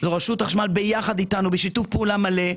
זו רשות החשמל ביחד איתנו בשיתוף פעולה מלא,